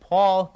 Paul